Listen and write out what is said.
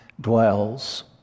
dwells